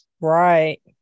Right